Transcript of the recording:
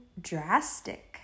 drastic